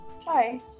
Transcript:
Hi